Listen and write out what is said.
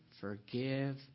forgive